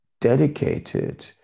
dedicated